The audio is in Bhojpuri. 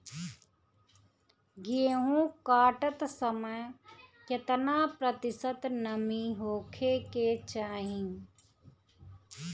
गेहूँ काटत समय केतना प्रतिशत नमी होखे के चाहीं?